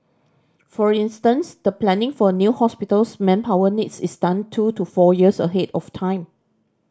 for instance the planning for a new hospital's manpower needs is done two to four years ahead of time